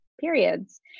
periods